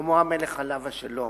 שלמה המלך עליו השלום: